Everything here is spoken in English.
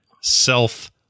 self